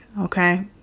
okay